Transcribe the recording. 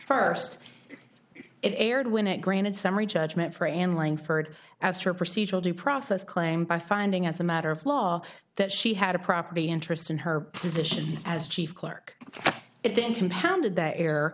first it aired when it granted summary judgment for an langford as to a procedural due process claimed by finding as a matter of law that she had a property interest in her position as chief clerk it then compounded